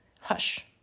hush